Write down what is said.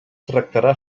tractarà